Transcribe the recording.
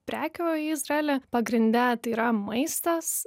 prekių į izraelį pagrinde yra maistas